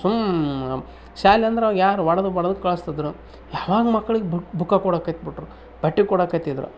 ಸುಮ್ಮ ಶಾಲೆಯಂದ್ರೆ ಯಾರು ಹೊಡ್ದು ಬಡ್ದು ಕಳಿಸ್ತಿದ್ರು ಯಾವಾಗ ಮಕ್ಳಿಗೆ ಬುಕ್ ಬುಕ್ಕ ಕೊಡೋಕತ್ಬಿಟ್ರು ಬಟ್ಟೆ ಕೊಡಕತಿದ್ರು